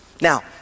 Now